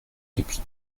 depuis